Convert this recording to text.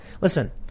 Listen